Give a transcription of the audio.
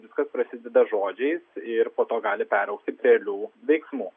viskas prasideda žodžiais ir po to gali peraugti realių veiksmų